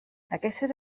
aquestes